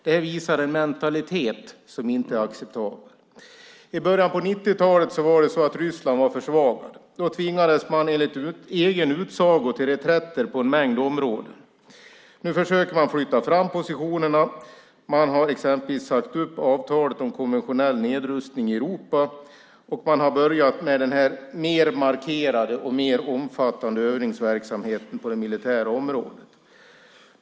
Detta visar en mentalitet som inte är acceptabel. I början av 90-talet var Ryssland försvagat. Då tvingades man enligt egen utsago till reträtter på en mängd områden. Nu försöker man flytta fram positionerna. Man har exempelvis sagt upp avtalet om konventionell nedrustning i Europa, och man har börjat med denna mer markerade och mer omfattande övningsverksamheten på det militära området.